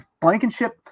Blankenship